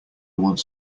one